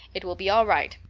it will be all right.